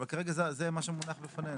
אבל כרגע זה מה שמונח בפנינו.